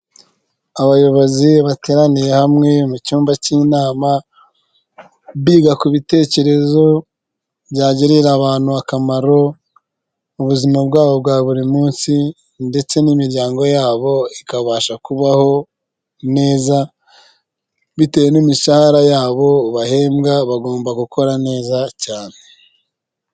Abayobozi bateraniye hamwe mu cyumba cy'inama, biga ku bitekerezo byagirira abantu akamaro, mu buzima bwabo bwa buri munsi, ndetse n'imiryango yabo ikabasha kubaho neza, bitewe n'imishahara yabo bahembwa bagomba gukora neza cyane.